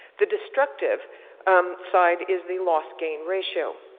the destructive side is the loss gain ratio.